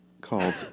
called